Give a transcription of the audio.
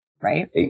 right